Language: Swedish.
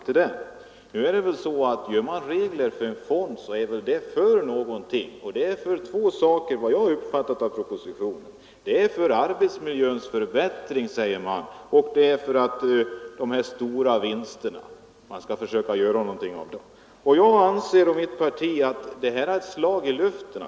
Men när man skriver regler för en fond brukar ju dessa tjäna något syfte. De två syften som jag uppfattat i propositionen är förbättring av arbetsmiljön och ett utnyttjande av de stora vinsterna. Jag och mitt parti anser att arbetsmiljöfonden i dessa sammanhang är ett slag i luften.